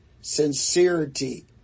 sincerity